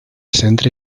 centre